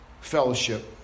fellowship